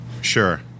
Sure